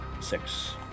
Six